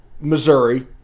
Missouri